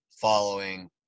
following